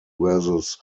versus